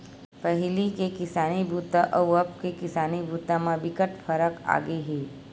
पहिली के किसानी बूता अउ अब के किसानी बूता म बिकट फरक आगे हे